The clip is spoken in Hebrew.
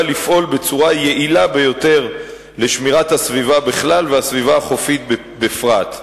לפעול בצורה יעילה ביותר לשמירת הסביבה בכלל והסביבה החופית בפרט.